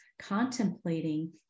contemplating